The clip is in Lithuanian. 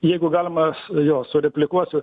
jeigu galima jo sureplikuosiu